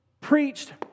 preached